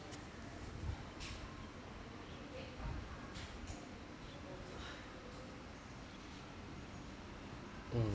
mm